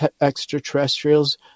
extraterrestrials